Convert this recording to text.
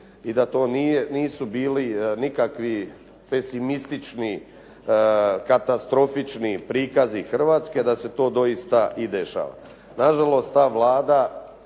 i da to nisu bili nikakvi pesimistični, katastrofični prikazi Hrvatske, da se to doista i dešava. Na žalost ta Vlada